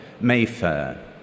Mayfair